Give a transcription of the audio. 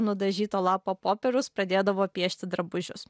nudažyto lapo popieriaus pradėdavo piešti drabužius